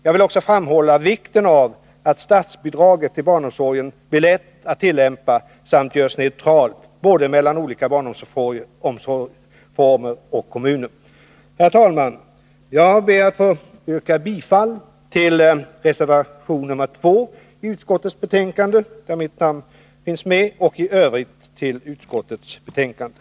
Jag vill också framhålla vikten av att statsbidraget till barnomsorgen blir lätt att tillämpa samt görs neutralt både när det gäller olika barnomsorgsformer och när det gäller kommunerna. Herr talman! Jag ber att få yrka bifall till reservation nr 2, där mitt namn finns med, och i övrigt till utskottets hemställan i betänkandet.